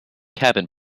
cabin